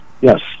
Yes